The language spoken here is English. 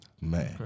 Man